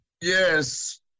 Yes